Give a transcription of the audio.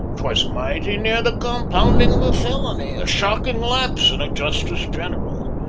twas mighty near the compounding of a felony, a shocking lapse in a justice-general.